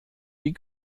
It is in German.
die